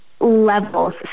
levels